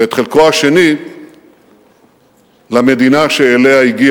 ואת חלקו השני למדינה שאליה הגיע